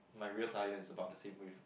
my rear tyre is about the same width